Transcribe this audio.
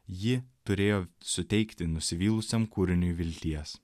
ji turėjo suteikti nusivylusiam kūriniui vilties